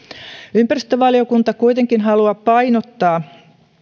ympäristövaliokunta kuitenkin haluaa painottaa